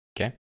Okay